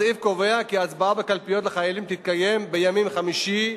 הסעיף קובע כי ההצבעה בקלפיות לחיילים תתקיים בימים חמישי,